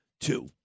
two